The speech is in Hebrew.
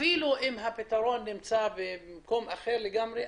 אפילו אם הפתרון נמצא במקום אחר לגמרי.